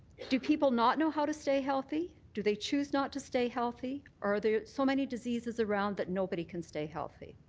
do people not know how to stay healthy? do they choose not to stay healthy? or are there so many diseases around that nobody can stay healthy?